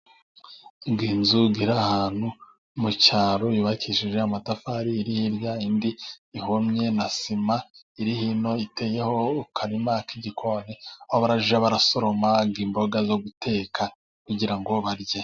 Inzu iri ahantu mu cyaro yubakishije amatafari iri hirya, indi ihomye na sima iri hino iteyeho akarima k'igikoni, aho barajya barasoroma imboga zo guteka kugira ngo barye.